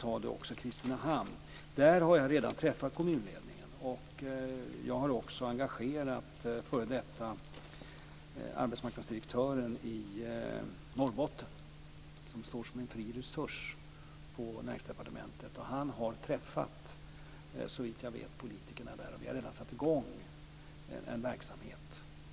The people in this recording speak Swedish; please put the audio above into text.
När det gäller Kristinehamn har jag redan träffat kommunledningen, och jag har också engagerat före detta arbetsmarknadsdirektören i Norrbotten som en fri resurs på Näringsdepartementet. Såvitt jag vet har han redan träffat politikerna i Kristinehamn, och vi har redan satt i gång en verksamhet.